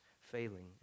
failing